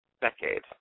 decade